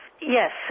yes